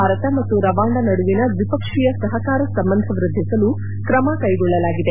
ಭಾರತ ಮತ್ತು ರವಾಂಡ ನಡುವಿನ ದ್ವಿಪಕ್ಷೀಯ ಸಹಕಾರ ಸಂಬಂಧ ವೃದ್ದಿಸಲು ಕ್ರಮ ಕ್ಲೆಗೊಳ್ಳಲಾಗಿದೆ